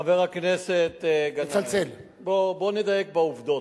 חבר הכנסת גנאים, בוא נדייק בעובדות.